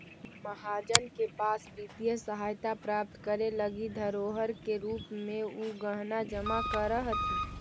महाजन के पास वित्तीय सहायता प्राप्त करे लगी धरोहर के रूप में उ गहना जमा करऽ हथि